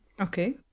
Okay